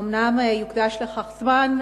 אומנם יוקדש לכך זמן,